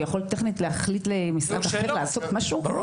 הוא יכול טכנית להחליט למשרד אחר לעשות משהו?